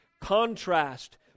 contrast